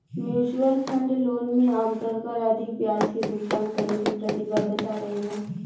mutual fund loan में आमतौर पर अधिक ब्याज के भुगतान करे के प्रतिबद्धता रहेला